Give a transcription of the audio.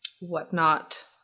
whatnot